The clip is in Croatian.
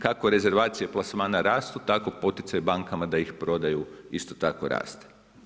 Kako rezervacije plasmana rastu, tako poticaj bankama da ih prodaju isto tako raste.